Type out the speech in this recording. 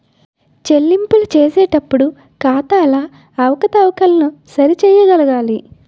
చెల్లింపులు చేసేటప్పుడు ఖాతాల అవకతవకలను సరి చేయగలగాలి